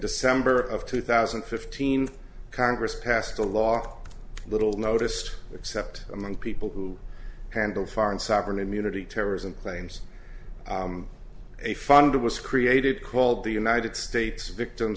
december of two thousand and fifteen congress passed a law a little noticed except among people who handle foreign sovereign immunity terrorism claims a funded was created called the united states victims